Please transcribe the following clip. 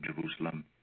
Jerusalem